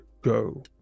go